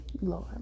Lord